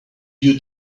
you